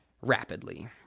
rapidly